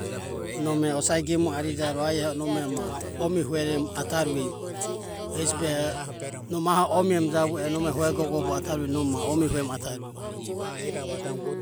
Nome osa gemuoro arijarue aribo nome ma omie hueremu atarueje. E hesi behoho, nome aho omie emu javu ero no me hue gogogo bogo atarueje, nome ma omie hueremu atarauje.